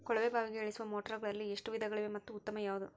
ಕೊಳವೆ ಬಾವಿಗೆ ಇಳಿಸುವ ಮೋಟಾರುಗಳಲ್ಲಿ ಎಷ್ಟು ವಿಧಗಳಿವೆ ಮತ್ತು ಉತ್ತಮ ಯಾವುದು?